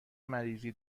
مریضی